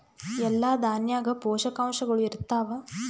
ಎಲ್ಲಾ ದಾಣ್ಯಾಗ ಪೋಷಕಾಂಶಗಳು ಇರತ್ತಾವ?